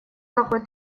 какой